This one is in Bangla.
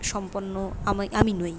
সম্পন্ন আমি আমি নই